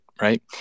right